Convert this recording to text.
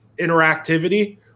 interactivity